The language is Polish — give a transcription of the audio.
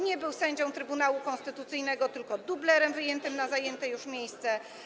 Nie był sędzią Trybunału Konstytucyjnego, tylko dublerem wyjętym na zajęte już miejsce.